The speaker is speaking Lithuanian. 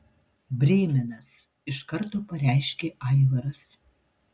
brėmenas iš karto pareiškė aivaras